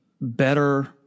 better